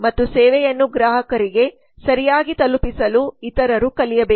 ಮತ್ತು ಸೇವೆಯನ್ನು ಗ್ರಾಹಕರಿಗೆ ಸರಿಯಾಗಿ ತಲುಪಿಸಲು ಇತರರು ಕಲಿಯಬೇಕು